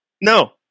No